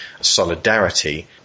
solidarity